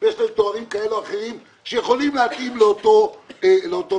ויש להם תארים כאלה ואחרים שיכולים להתאים לאותו מקצוע.